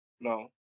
no